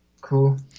Cool